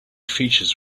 features